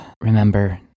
remember